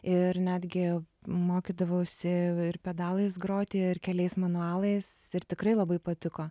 ir netgi mokydavausi ir pedalais groti ir keliais manualais ir tikrai labai patiko